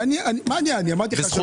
בזכותכם.